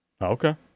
Okay